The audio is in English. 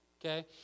Okay